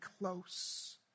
close